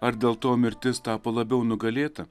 ar dėl to mirtis tapo labiau nugalėta